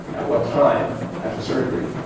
at what time after surgery,